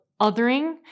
othering